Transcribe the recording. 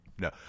no